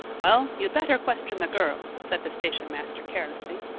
well, you'd better question the girl, said the station-master carelessly.